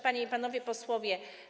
Panie i Panowie Posłowie!